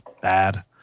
bad